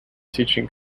teaching